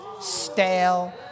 stale